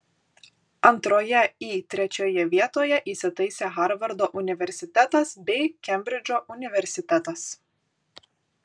antroje į trečioje vietoje įsitaisė harvardo universitetas bei kembridžo universitetas